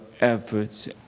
efforts